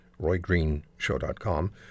RoyGreenshow.com